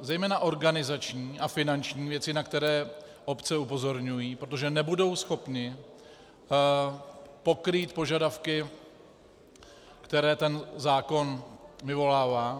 zejména organizační a finanční věci, na které obce upozorňují, protože nebudou schopny pokrýt požadavky, které ten zákon vyvolává.